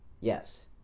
yes